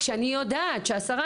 כשאני יודעת שהשרה,